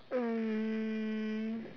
um